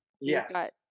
Yes